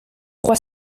trois